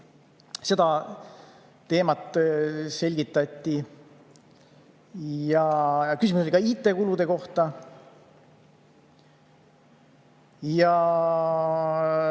Seda teemat selgitati. Üks küsimus oli IT-kulude kohta. Ka